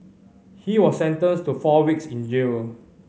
he was sentenced to four weeks in jail